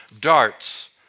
darts